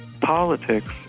politics